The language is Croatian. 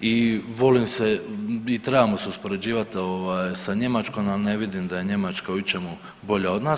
i volim se i trebamo se uspoređivati ovaj sa Njemačkom, al ne vidim da je Njemačka u ičemu bolja od nas.